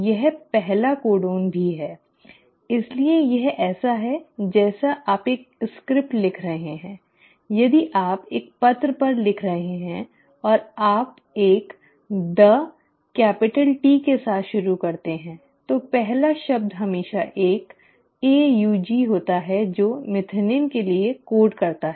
यह पहला कोडन भी है इसलिए यह ऐसा है जैसे आप एक स्क्रिप्ट लिख रहे हैं यदि आप एक पत्र पर लिख रहे हैं और आप एक "the" कैपिटल T के साथ शुरू करते हैं तो पहला शब्द हमेशा एक AUG होता है जो मेथिओनिन के लिए कोड होता है